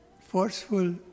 forceful